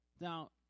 Now